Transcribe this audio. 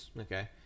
Okay